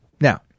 Now